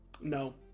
No